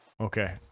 Okay